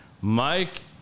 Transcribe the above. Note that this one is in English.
Mike